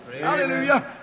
Hallelujah